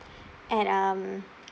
at um